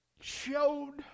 showed